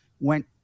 went